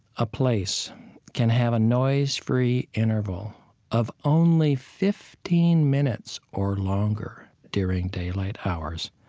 a place can have a noise-free interval of only fifteen minutes or longer during daylight hours,